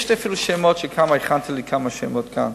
יש לי אפילו שמות, הכנתי לי כמה שמות כאן: